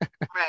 Right